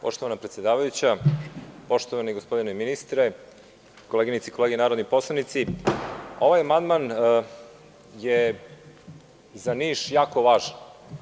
Poštovana predsedavajuća, poštovani gospodine ministre, koleginice i kolege narodni poslanici, ovaj amandman je za Niš jako važan.